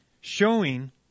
showing